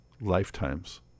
lifetimes